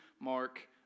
Mark